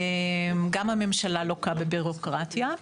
גם הממשלה לוקה בבירוקרטיה.